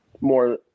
more